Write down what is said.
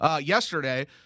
yesterday